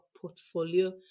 portfolio